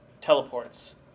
teleports